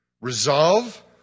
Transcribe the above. Resolve